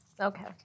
Okay